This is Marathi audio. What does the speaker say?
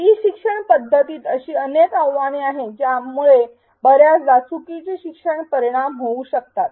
ई शिक्षण पध्दतीत अशी अनेक आव्हाने आहेत ज्यामुळे बर्याचदा चुकीचे शिक्षण परिणाम होऊ शकतात